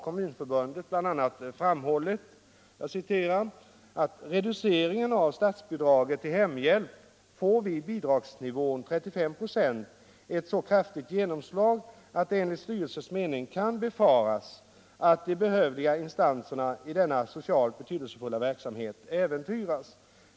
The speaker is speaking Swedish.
Kommunförbundet har bl.a. framhållit: ”Reduceringen av statsbidraget till hemhjälp får vid bidragsnivån 35 96 ett så kraftigt genomslag att det enligt styrelsens mening kan befaras att de behövliga insatserna i denna socialt betydelsefulla verksamhet äventyras.